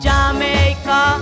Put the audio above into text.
Jamaica